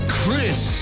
Chris